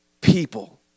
people